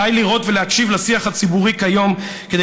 די לראות ולהקשיב לשיח הציבורי כיום כדי